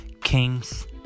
kings